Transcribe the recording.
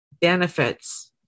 benefits